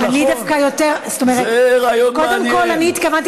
אני דווקא יותר, זה רעיון מעניין.